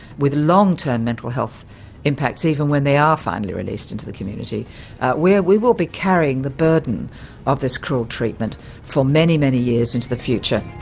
with long-term mental health impacts, even when they are finally released into the community where we will be carrying the burden of this cruel treatment for many, many years into the future.